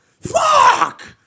fuck